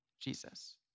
Jesus